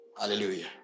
Hallelujah